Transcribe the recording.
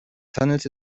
handelte